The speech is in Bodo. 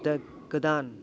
दा गोदान